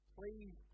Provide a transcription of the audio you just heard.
Please